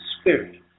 spirit